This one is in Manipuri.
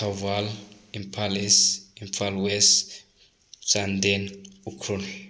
Thoubal Imphal East Imphal West Chandel Ukhrul